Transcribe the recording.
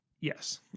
Yes